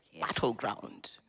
battleground